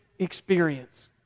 experience